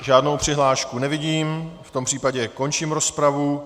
Žádnou přihlášku nevidím, v tom případě končím rozpravu.